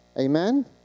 Amen